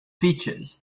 features